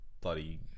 bloody